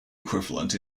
equivalent